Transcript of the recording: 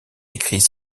écrits